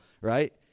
right